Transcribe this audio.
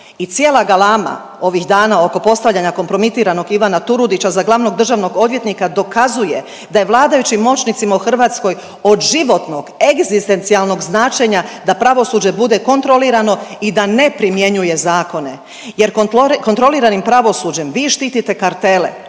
i cijela galama ovih dana oko postavljanja kompromitiranog Ivana Turudića za glavnog državnog odvjetnika dokazuje da je vladajućim moćnicima u Hrvatskoj od životnog, egzistencijalnog značenja da pravosuđe bude kontrolirano i da ne primjenjuje zakone jer kontroliranim pravosuđem vi štitite kartele,